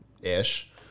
ish